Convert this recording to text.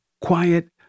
quiet